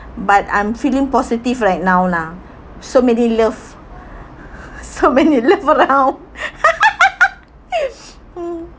but I'm feeling positive right now lah so many love so many love around